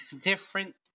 different